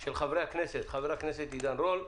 של חברי הכנסת: עידן רול,